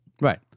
Right